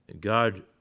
God